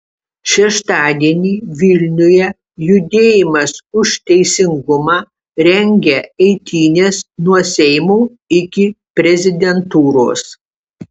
šeštadienį vilniuje judėjimas už teisingumą rengia eitynes nuo seimo iki prezidentūros